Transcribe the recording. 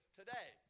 today